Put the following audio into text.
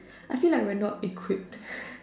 I feel like we're not equipped